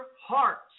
hearts